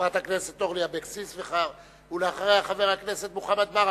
חברת הכנסת אורלי אבקסיס, ואחריה, חבר הכנסת ברכה.